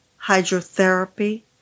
hydrotherapy